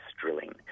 drilling